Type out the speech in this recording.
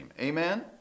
Amen